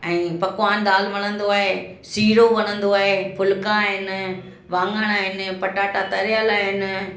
ऐं पकवानु दालि वणंदो आहे सीरो वणंदो आहे फुलका आहिनि वांगण आहिनि पटाटा तरियल आहिनि